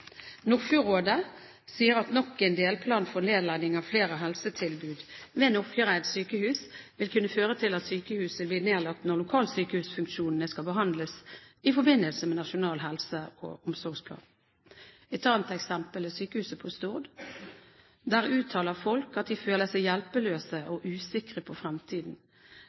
sier at nok en delplan for nedlegging av flere helsetilbud ved Nordfjordeid sykehus vil kunne føre til at sykehuset blir nedlagt når lokalsykehusfunksjonene skal behandles i forbindelse med Nasjonal helse- og omsorgsplan. Et annet eksempel er sykehuset på Stord. Der uttaler folk at de føler seg hjelpeløse og usikre på